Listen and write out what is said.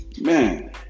Man